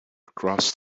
across